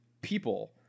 people